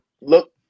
Look